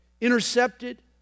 intercepted